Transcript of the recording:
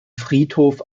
friedhof